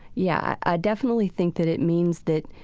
yeah, i definitely think that it means that